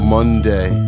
Monday